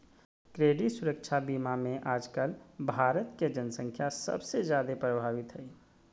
credit सुरक्षा बीमा मे आजकल भारत के जन्संख्या सबसे जादे प्रभावित हय